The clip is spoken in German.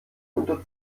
unter